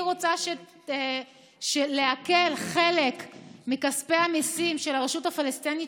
היא רוצה לעקל חלק מכספי המיסים של הרשות הפלסטינית,